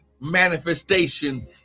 manifestation